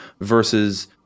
versus